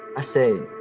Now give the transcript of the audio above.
i said,